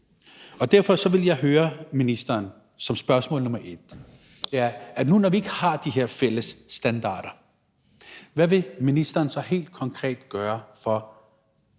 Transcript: og derfor vil jeg høre ministeren som spørgsmål nummer et om, når vi nu ikke har de her fælles standarder, hvad ministeren så helt konkret vil gøre for